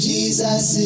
Jesus